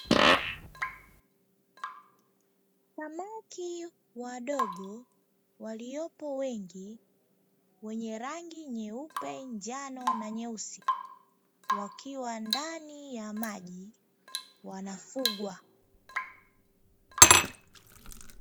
Samaki wadogo waliopo wengi wenye rangi nyeupe, njano na nyeusi wakiwa ndani ya maji wanafugwa.